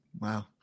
Wow